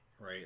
right